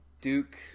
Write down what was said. Duke